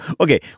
Okay